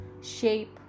shape